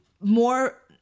more